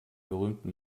berühmten